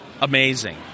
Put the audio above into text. Amazing